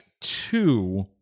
two